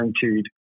guaranteed